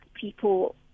people